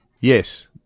Yes